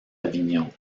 avignon